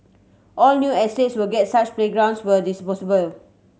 all new estates will get such playgrounds where is possible